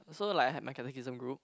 so like I had my Catechism group